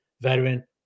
veteran